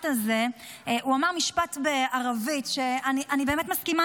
הוא אמר משפט בערבית שאני באמת מסכימה